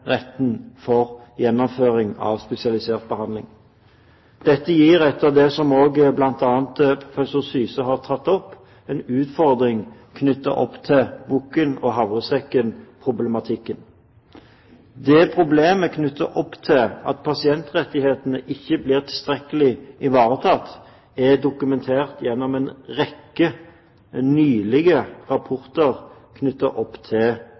retten til gjennomføring av spesialisert behandling. Dette gir, etter det som også bl.a. professor Syse har tatt opp, en utfordring knyttet til bukken og havresekken-problematikken. Problemet med det at pasientrettighetene ikke blir tilstrekkelig ivaretatt, er dokumentert gjennom en rekke nylige rapporter knyttet opp til